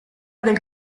del